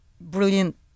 brilliant